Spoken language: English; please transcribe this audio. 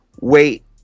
wait